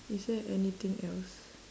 is there anything else